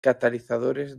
catalizadores